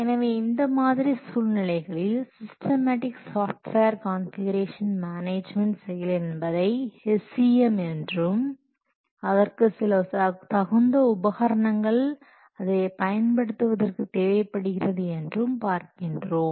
எனவே இந்த மாதிரி சூழ்நிலைகளில் சிஸ்டமேட்டிக் சாஃப்ட்வேர் கான்ஃபிகுரேஷன் மேனேஜ்மென்ட் செயல் என்பதை SCM என்றும் அதற்கு சில தகுந்த உபகரணங்கள் அதை பயன்படுத்துவதற்கு தேவைப்படுகிறது என்றும் பார்க்கிறோம்